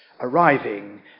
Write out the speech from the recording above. arriving